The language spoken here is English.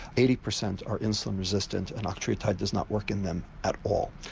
eighty percent are insulin-resistant and octreotide does not work in them at all.